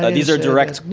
these are direct,